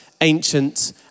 ancient